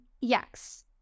yes